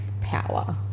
power